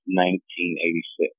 1986